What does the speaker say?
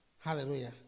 Hallelujah